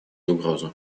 угрозу